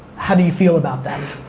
how do you feel about that?